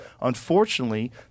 Unfortunately